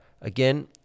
again